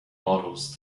models